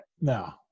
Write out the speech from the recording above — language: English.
No